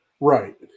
Right